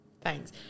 Thanks